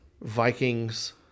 Vikings